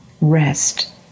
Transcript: rest